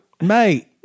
Mate